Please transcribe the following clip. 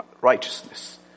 righteousness